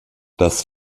das